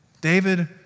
David